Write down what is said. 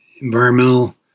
environmental